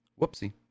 Whoopsie